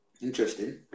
Interesting